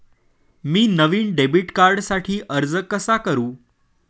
मी नवीन डेबिट कार्डसाठी अर्ज कसा करू?